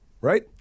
right